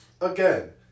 again